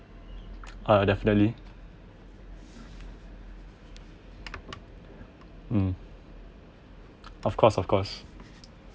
uh definitely mm of course of course